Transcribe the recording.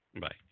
Bye